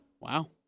Wow